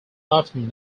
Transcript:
often